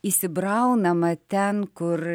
įsibraunama ten kur